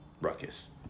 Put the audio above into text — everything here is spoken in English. ruckus